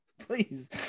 please